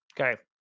Okay